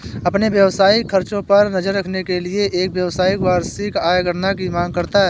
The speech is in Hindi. अपने व्यावसायिक खर्चों पर नज़र रखने के लिए, एक व्यवसायी वार्षिक आय गणना की मांग करता है